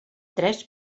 tres